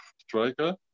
striker